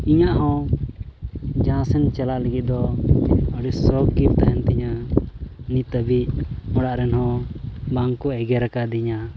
ᱤᱧᱟᱹᱜ ᱦᱚᱸ ᱡᱟᱦᱟᱸ ᱥᱮᱫ ᱪᱟᱞᱟᱜ ᱞᱟᱹᱜᱤᱫ ᱫᱚ ᱟᱹᱰᱤ ᱥᱚᱠᱷ ᱜᱮ ᱛᱟᱦᱮᱱ ᱛᱤᱧᱟ ᱱᱤᱛ ᱦᱟᱹᱵᱤᱡ ᱚᱲᱟᱜ ᱨᱮᱱ ᱦᱚᱸ ᱵᱟᱝ ᱠᱚ ᱮᱜᱮᱨ ᱠᱟᱫᱤᱧᱟ